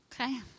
Okay